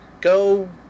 go